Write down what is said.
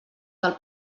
del